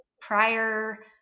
prior